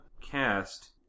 cast